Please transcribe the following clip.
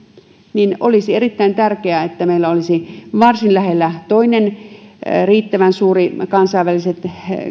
niin olisi erittäin tärkeää että meillä olisi varsin lähellä toinen riittävän suuri kansainvälisen